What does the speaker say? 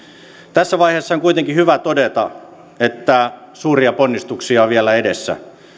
tässä vaiheessa on kuitenkin hyvä todeta että suuria ponnistuksia on vielä edessä